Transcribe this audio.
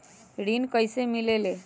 ऋण कईसे मिलल ले?